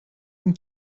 این